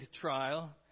trial